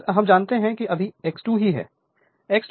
X हम जानते हैं कि अभी X2 ही है